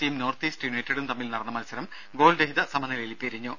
സിയും north east യുണൈറ്റഡും തമ്മിൽ നടന്ന മത്സരം ഗോൾ രഹിത സമനിലയിൽ പിരിഞ്ഞു